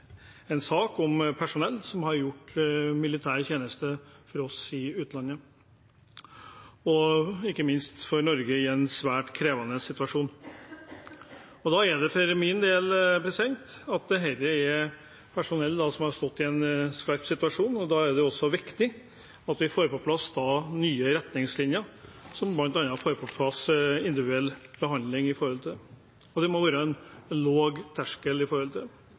en sak om personell som har gjort militær tjeneste for oss i utlandet, og ikke minst i en svært krevende situasjon. Dette er altså personell som har stått i en skarp situasjon, og da er det også viktig at vi får på plass nye retningslinjer som bl.a. tilsier en individuell behandling, og det må være en lav terskel for dette. For det ville vært klart urimelig at vi som nasjon etterlater personell som har stått i en skarp situasjon. Det